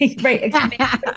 right